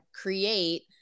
create